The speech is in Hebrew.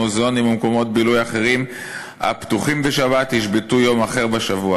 מוזיאונים ומקומות בילוי אחרים הפתוחים בשבת ישבתו יום אחר בשבוע.